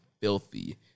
Filthy